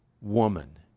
woman